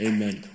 Amen